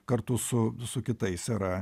kartu su su kitais yra